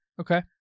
Okay